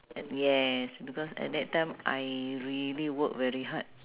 yes because at that time I really work very hard